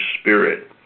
Spirit